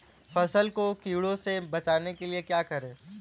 फसल को कीड़ों से बचाने के लिए क्या करें?